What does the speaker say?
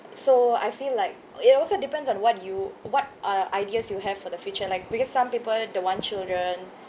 so I feel like it also depends on what you what uh ideas you have for the future like because some people don't want children